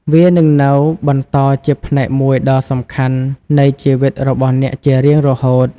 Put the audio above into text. វានឹងនៅបន្តជាផ្នែកមួយដ៏សំខាន់នៃជីវិតរបស់អ្នកជារៀងរហូត។